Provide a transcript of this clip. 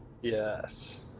Yes